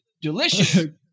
delicious